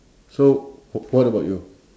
so w~ what about you